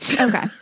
okay